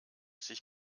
sich